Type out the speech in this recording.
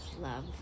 love